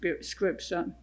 Scripture